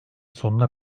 sonuna